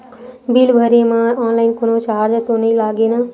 Bill भरे मा online कोनो चार्ज तो नई लागे ना?